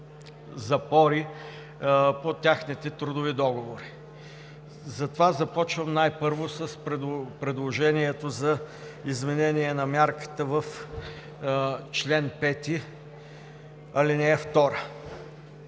запори по техните трудови договори. Затова започвам най-първо с предложението за изменение на мярката в чл. 5, ал. 2.